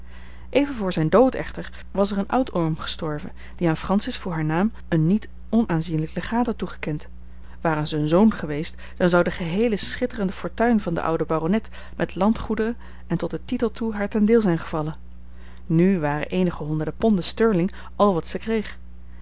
even voor zijn dood echter was er een oud oom gestorven die aan francis voor haar naam een niet onaanzienlijk legaat had toegekend ware zij een zoon geweest dan zou de geheele schitterende fortuin van den ouden baronet met landgoederen en tot den titel toe haar ten deel zijn gevallen nu waren eenige honderden ponden sterling al wat zij kreeg